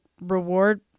reward